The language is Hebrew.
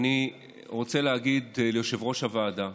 אני רוצה להגיד ליושב-ראש הוועדה,